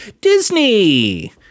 Disney